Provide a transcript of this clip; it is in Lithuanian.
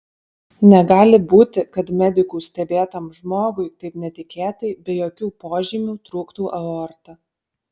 negali būti kad medikų stebėtam žmogui taip netikėtai be jokių požymių trūktų aorta